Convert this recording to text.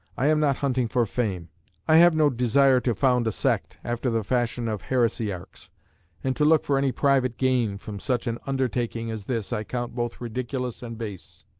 i am not hunting for fame i have no desire to found a sect, after the fashion of heresiarchs and to look for any private gain from such an undertaking as this i count both ridiculous and base.